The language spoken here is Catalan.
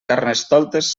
carnestoltes